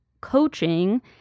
coaching